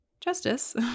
justice